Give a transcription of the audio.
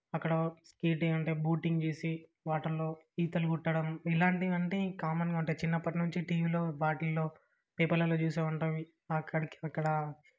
అక్కడ స్కేటింగ్ అంటే బోటింగ్ చేసి వాటర్లో ఈతలు కొట్టడం ఇలాంటివి అంటే కామన్గా ఉంటాయి చిన్నప్పటినుంచి టీవీలో వాటిలో పేపర్లలో చూసే ఉంటాం అక్కడక్కడ